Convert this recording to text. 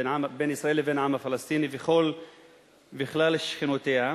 בין ישראל לבין העם הפלסטיני וכלל שכנותיה.